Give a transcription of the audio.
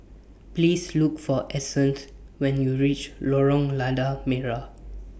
Please Look For Essence when YOU REACH Lorong Lada Merah